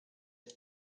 air